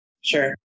Sure